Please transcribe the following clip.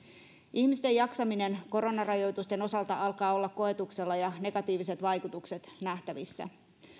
ihmisten jaksaminen koronarajoitusten osalta alkaa olla koetuksella ja negatiiviset vaikutukset nähtävissä